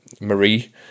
Marie